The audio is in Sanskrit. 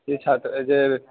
ये छात्राः ये